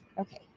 okay